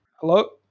Hello